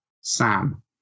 Sam